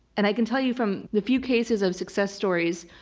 and i can tell you from the few cases of success stories.